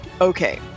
Okay